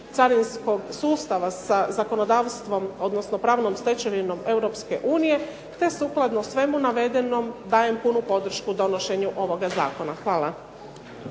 carinskog sustava sa zakonodavstvom, odnosno pravnom stečevinom EU te sukladno svemu navedenom dajem punu podršku donošenju ovoga zakona. Hvala.